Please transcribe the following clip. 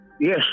Yes